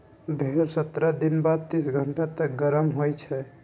भेड़ सत्रह दिन बाद तीस घंटा तक गरम होइ छइ